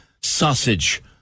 sausage